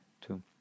two